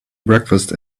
breakfast